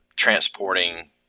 transporting